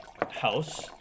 House